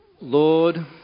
Lord